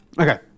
Okay